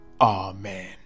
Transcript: Amen